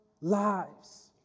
lives